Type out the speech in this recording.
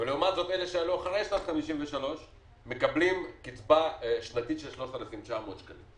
ולעומת זאת אלה שעלו אחרי שנת 1953 מקבלים קצבה שנתית של 3,900 שקלים.